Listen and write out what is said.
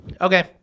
Okay